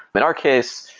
but our case,